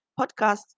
podcast